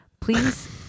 Please